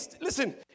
listen